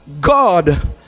God